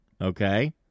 Okay